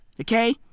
Okay